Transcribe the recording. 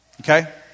Okay